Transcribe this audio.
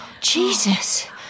Jesus